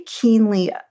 keenly